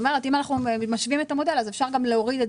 אני אומרת שאם אנחנו משווים את המודל אז אפשר גם להוריד את